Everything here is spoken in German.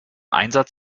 einsatz